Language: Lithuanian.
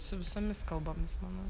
su visomis kalbomis manau